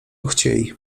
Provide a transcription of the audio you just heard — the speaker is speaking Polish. chciej